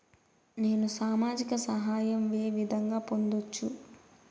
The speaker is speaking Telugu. నేను సామాజిక సహాయం వే విధంగా పొందొచ్చు?